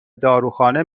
داروخانه